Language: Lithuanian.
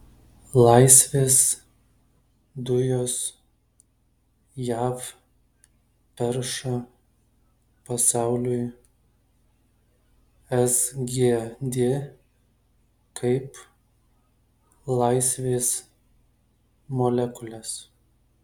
laisvės dujos jav perša pasauliui sgd kaip laisvės molekules